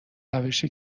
روشی